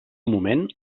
moment